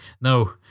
no